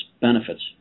benefits